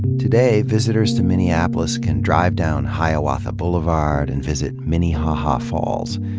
today, visitors to minneapolis can drive down hiawatha boulevard and visit minnehaha falls,